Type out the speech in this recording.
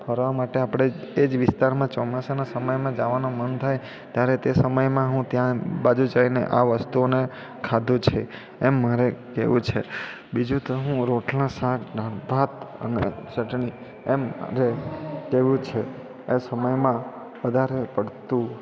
ફરવા માટે આપણે એ જ વિસ્તારમાં ચોમાસાના સમયમાં જાવાનું મન થાય ત્યારે તે સમયમાં હું ત્યાં બાજુ જઈને આ વસ્તુઓને ખાધું છે એમ મારે કેવું છે બીજું તો હું રોટલા શાક દાળ ભાત અને ચટણી એમ આજે કહેવું છે એ સમયમાં વધારે પડતું